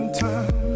time